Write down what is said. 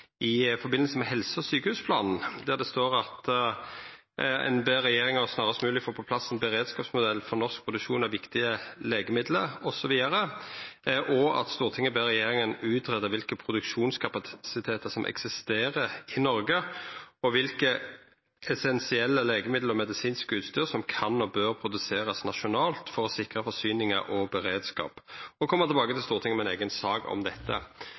med helse- og sjukehusplanen: «Stortinget ber regjeringen snarest mulig få på plass en beredskapsmodell for norsk produksjon av viktige legemidler» osb. Vidare står det: «Stortinget ber regjeringen utrede hvilken produksjonskapasitet som eksisterer i Norge, og hvilke essensielle legemidler og medisinsk utstyr som kan og bør produseres nasjonalt for å sikre forsyning og beredskap, og komme tilbake til Stortinget med en sak om dette.»